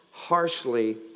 harshly